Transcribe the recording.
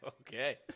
Okay